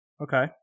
Okay